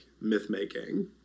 myth-making